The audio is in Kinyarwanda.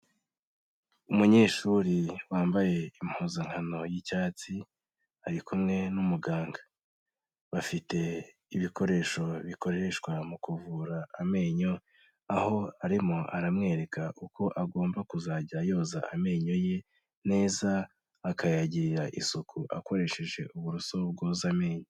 Umunyeshuri wambaye impuzankano y'icyatsi ari kumwe n'umuganga, bafite ibikoresho bikoreshwa mu kuvura amenyo aho arimo aramwereka uko agomba kuzajya yoza amenyo ye neza akayagirira isuku akoresheje uburoso bwoza amenyo.